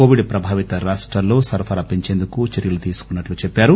Covid ప్రభావిత రాష్టాల్లో సరఫరా పెంచేందుకు చర్యలు తీసుకున్నట్టు చెప్పారు